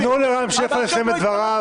תנו לרם שפע לסיים את דבריו.